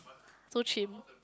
so chim